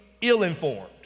ill-informed